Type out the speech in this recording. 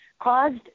caused